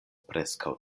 preskaŭ